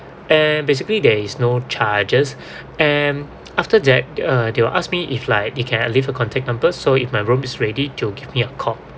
and basically there is no charges and after that uh they will ask me if like they can leave a contact number so if my room is ready they'll give me a call